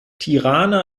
tirana